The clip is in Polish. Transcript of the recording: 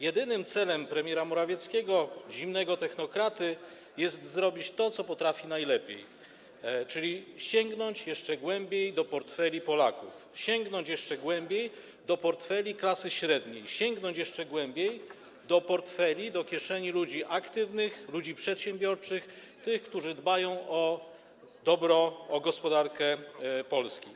Jedynym celem premiera Morawieckiego, zimnego technokraty, jest zrobić to, co potrafi najlepiej, czyli sięgnąć jeszcze głębiej do portfeli Polaków, sięgnąć jeszcze głębiej do portfeli klasy średniej, sięgnąć jeszcze głębiej do portfeli, do kieszeni ludzi aktywnych, ludzi przedsiębiorczych, tych, którzy dbają o dobro, o gospodarkę Polski.